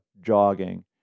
jogging